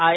I